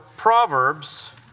Proverbs